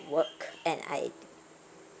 work and I